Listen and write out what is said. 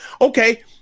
Okay